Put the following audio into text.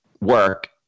work